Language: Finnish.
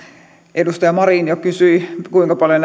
edustaja marin jo kysyi kuinka paljon